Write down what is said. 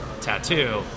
Tattoo